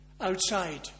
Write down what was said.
outside